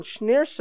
Schneerson